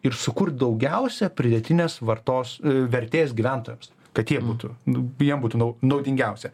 ir sukurt daugiausia pridėtinės vartos vertės gyventojams kad jie būtų nu jiem butų nau naudingiausia